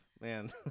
man